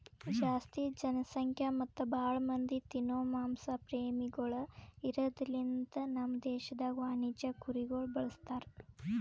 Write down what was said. ಜಾಸ್ತಿ ಜನಸಂಖ್ಯಾ ಮತ್ತ್ ಭಾಳ ಮಂದಿ ತಿನೋ ಮಾಂಸ ಪ್ರೇಮಿಗೊಳ್ ಇರದ್ ಲಿಂತ ನಮ್ ದೇಶದಾಗ್ ವಾಣಿಜ್ಯ ಕುರಿಗೊಳ್ ಬಳಸ್ತಾರ್